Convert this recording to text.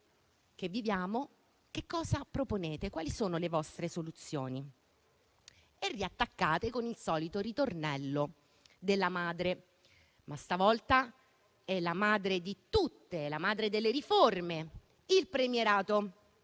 che viviamo che cosa proponete? Quali sono le vostre soluzioni? Riattaccate con il solito ritornello della madre, ma stavolta è la madre di tutte le riforme: il premierato.